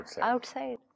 outside